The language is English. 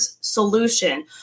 solution